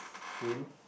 him